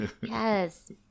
Yes